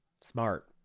smart